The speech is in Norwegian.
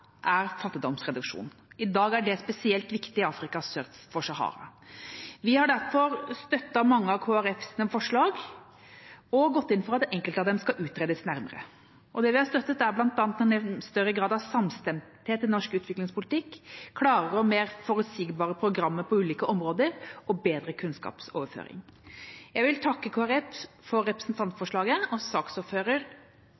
er fattigdomsreduksjon. I dag er det spesielt viktig i Afrika sør for Sahara. Vi har derfor støttet mange av Kristelig Folkepartis forslag og gått inn for at enkelte av dem skal utredes nærmere. Det vi har støttet, er bl.a. større grad av samstemthet i norsk utviklingspolitikk, klarere og mer forutsigbare program på ulike områder og bedre kunnskapsoverføring. Jeg vil takke Kristelig Folkeparti for